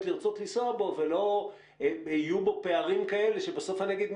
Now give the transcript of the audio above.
לרצות לנסוע בו ולא יהיו בו פערים כאלה שבסוף אני אגיד,